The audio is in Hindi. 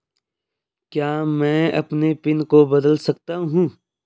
क्या मैं अपने पिन को बदल सकता हूँ?